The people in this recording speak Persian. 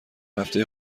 هفته